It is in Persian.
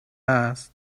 است